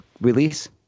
release